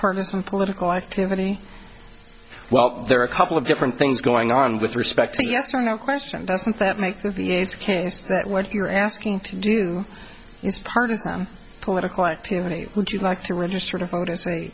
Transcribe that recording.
partisan political activity well there are a couple of different things going on with respect to yes or no question doesn't that make the case that what you're asking to do is part of them political activity would you like to register to vote a